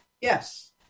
Yes